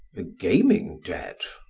a gaming debt?